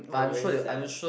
I'm very sad